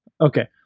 Okay